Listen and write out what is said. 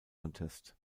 contest